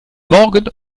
morgen